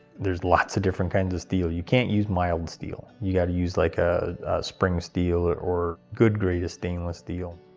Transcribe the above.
there's lots of different kinds of steel. you can't use mild steel. you gotta use like a spring steel or a good grade of stainless steel.